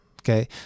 okay